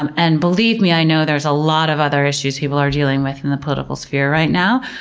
and and believe me, i know there's a lot of other issues people are dealing with in the political sphere right now,